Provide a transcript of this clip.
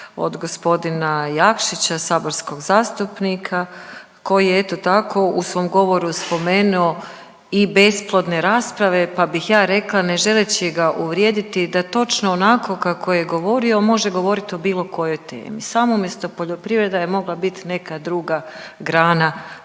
od g. Jakšića, saborskog zastupnika koji je, eto tako, u svom govoru spomenuo i besplodne rasprave, pa bih ja rekla, ne želeći ga uvrijediti, da točno onako kako je govorio, može govoriti o bilo kojoj temi, samo mjesto poljoprivreda je mogla biti neka druga gospodarstva.